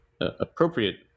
appropriate